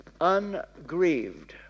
ungrieved